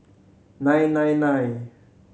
nine nine nine